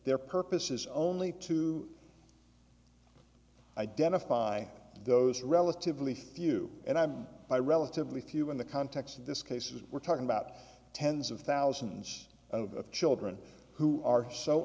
their purpose is only to identify those relatively few and i'm by relatively few in the context of this case is we're talking about tens of thousands of children who are so